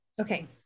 Okay